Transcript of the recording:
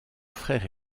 frère